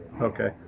Okay